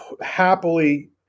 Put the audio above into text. happily